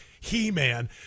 He-Man